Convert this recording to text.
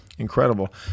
Incredible